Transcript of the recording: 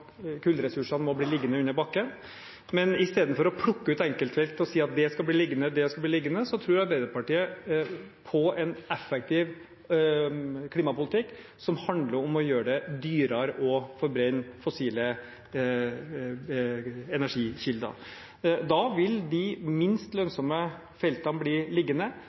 kullressursene må bli liggende under bakken, men istedenfor å plukke ut enkeltfelt og si at det og det skal bli liggende, tror Arbeiderpartiet på en effektiv klimapolitikk som handler om å gjøre det dyrere å forbrenne fossile energikilder. Da vil de minst lønnsomme feltene bli liggende